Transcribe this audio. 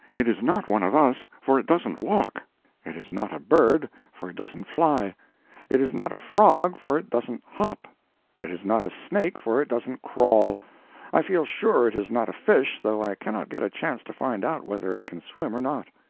it is not one of us, for it doesn't walk it is not a bird, for it doesn't fly it is not a frog, for it doesn't hop it is not a snake, for it doesn't crawl i feel sure it is not a fish, though i cannot get a chance to find out whether it can swim or not.